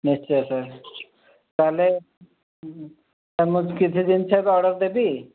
ନିଶ୍ଚୟ ସାର୍ ତା'ହେଲେ ସାର୍ ମୁଁ କିଛି ଜିନିଷ ଅର୍ଡ଼ର୍ ଦେବି